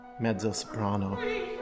mezzo-soprano